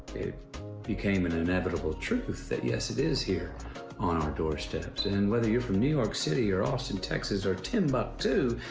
it became an inevitable truth that, yes, it is here on our doorsteps. and whether you're from new york city or austin, texas, or timbuktu,